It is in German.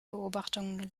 beobachtungen